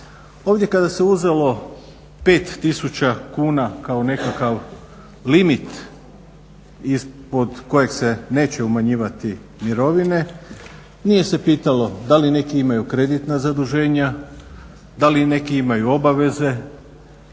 Ovdje kada se uzelo 5 tisuća kuna kao nekakav limit ispod kojeg se neće umanjivati mirovine nije se pitalo da li neki imaju kreditna zaduženja, da li neki imaju obaveze,